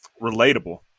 relatable